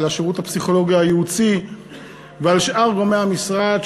על השירות הפסיכולוגי הייעוצי ועל שאר גורמי המשרד,